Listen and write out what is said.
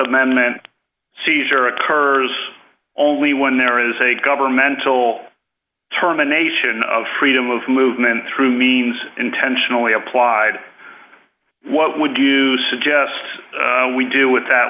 amendment seizure occurs only when there is a governmental term a nation of freedom of movement through means intentionally applied what would you suggest we do with that